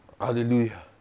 Hallelujah